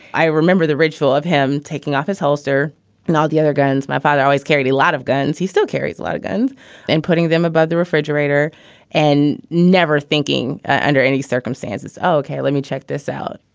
i remember the ritual of him taking off his holster and all the other guns. my father always carried a lot of guns. he still carries a lot of guns and putting them above the refrigerator and never thinking under any circumstances. ok. let me check this out.